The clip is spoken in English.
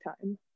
time